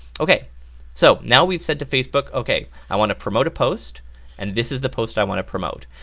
okay so now we've said to facebook, okay i want to promote a post, and this is the post i want to promote.